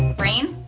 brain,